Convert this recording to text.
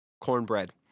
Cornbread